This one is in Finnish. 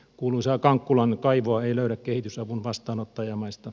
kuuluisaa kankkulan kaivoa ei löydä kehitysavun vastaanottajamaista